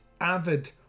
avid